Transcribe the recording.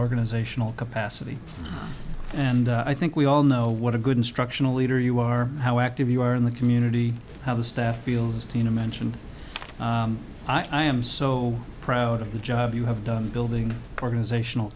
organizational capacity and i think we all know what a good instructional leader you are how active you are in the community how the staff feels as tina mentioned i am so proud of the job you have done building organizational